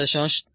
35 आहे